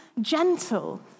gentle